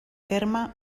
terme